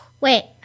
wait